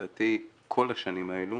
לדעתי כל השנים האלו